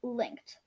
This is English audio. linked